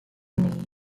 knee